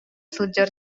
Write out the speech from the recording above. сылдьар